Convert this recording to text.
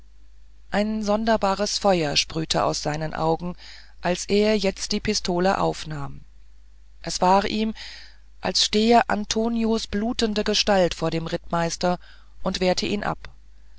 ein sonderbares feuer sprühte aus seinem auge als er jetzt die pistole aufnahm es war ihm als stehe antonios blutende gestalt vor dem rittmeister und wehre ihm ab